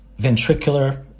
ventricular